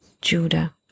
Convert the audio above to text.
Judah